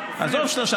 עזוב 3,